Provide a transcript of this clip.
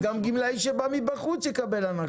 אז גם גמלאי שבא מבחוץ יקבל הנחה.